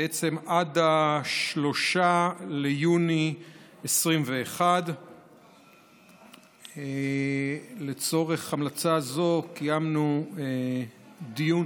עד 3 ביוני 2021. לצורך המלצה זו קיימנו דיון